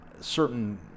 certain